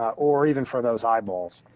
or even for those eyeballs.